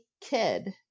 kid